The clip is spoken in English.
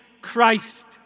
Christ